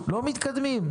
לא מתקדמים.